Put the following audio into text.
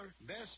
Best